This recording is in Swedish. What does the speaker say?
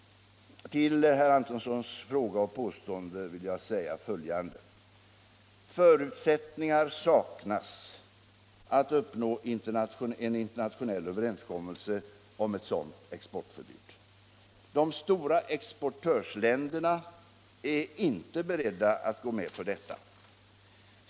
Till herr Antonssons fråga och påstående vill jag säga följande. Förutsättningar saknas att uppnå en internationell överenskommelse om ett sådant exportförbud. De stora exportörländerna är inte beredda att gå med på detta.